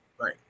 right